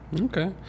Okay